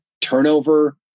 turnover